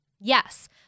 Yes